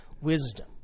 wisdom